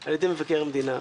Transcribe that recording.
על ידי מבקר המדינה.